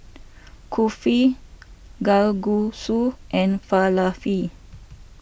Kulfi Kalguksu and Falafel